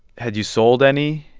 had you sold any?